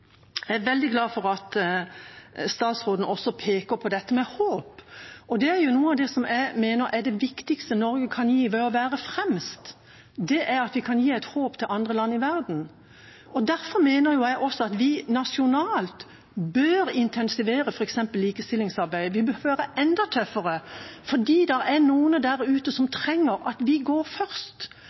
Jeg er veldig glad for at statsråden også peker på dette med håp. Noe av det jeg mener er det viktigste Norge kan gi ved å være fremst, er at vi kan gi et håp til andre land i verden. Derfor mener jeg også at vi nasjonalt bør intensivere f.eks. likestillingsarbeidet. Vi burde være enda tøffere fordi det er noen der ute som trenger at vi går først.